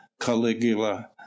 caligula